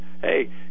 hey